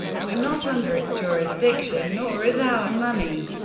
we're not under its jurisdiction, nor is our money.